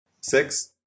Six